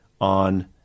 on